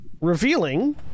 revealing